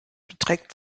beträgt